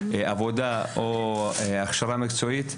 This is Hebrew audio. בעבודה או בהכשרה מקצועית.